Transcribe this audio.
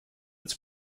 its